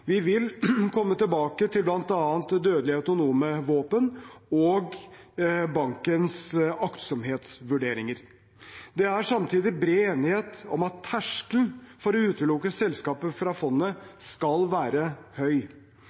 Vi vil komme tilbake til bl.a. dødelige autonome våpen og bankens aktsomhetsvurderinger. Det er samtidig bred enighet om at terskelen for å utelukke selskaper fra fondet skal være høy.